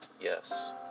Yes